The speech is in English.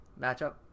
matchup